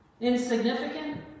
insignificant